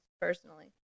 personally